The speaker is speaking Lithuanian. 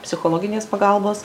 psichologinės pagalbos